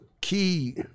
key